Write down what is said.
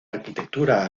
arquitectura